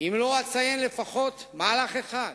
אם לא אציין לפחות מהלך אחד